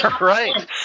Right